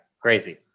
crazy